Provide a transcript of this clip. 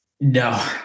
no